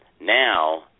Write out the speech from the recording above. Now